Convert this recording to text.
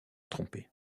tromper